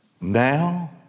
now